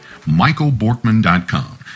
michaelborkman.com